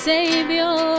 Savior